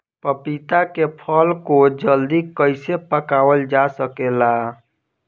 पपिता के फल को जल्दी कइसे पकावल जा सकेला?